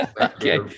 okay